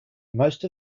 most